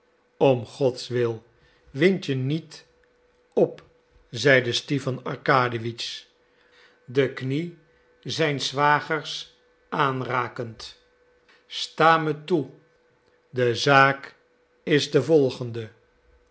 om gods wil wind je niet op zeide stipan arkadiewitsch de knie zijns zwagers aanrakend sta me toe de zaak is de volgende